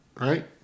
Right